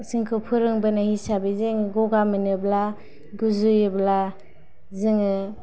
जोंखौ फोरोंबोनाय हिसाबै जों गगा मोनोब्ला गुजुयोब्ला जोङो